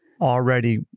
already